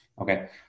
Okay